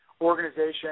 organization